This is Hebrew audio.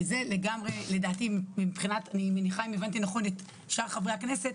כי אם הבנתי נכון את שאר חברי הכנסת,